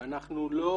שאנחנו לא